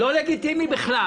לא לגיטימי בכלל.